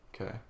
Okay